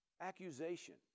Accusation